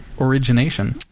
origination